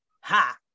ha